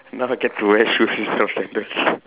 now I get to wear shoes instead of sandals